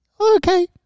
Okay